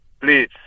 Please